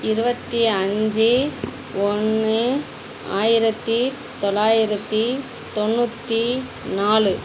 இருபத்தி அஞ்சு ஒன்று ஆயிரத்தி தொள்ளாயிரத்தி தொண்ணூற்றி நாலு